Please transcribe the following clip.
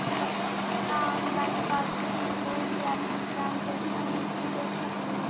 का online passbook में कोई भी आपकी ट्रांजेक्शन हिस्ट्री देख सकली हे